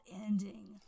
ending